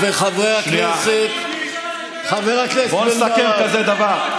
בוא נסכם כזה דבר,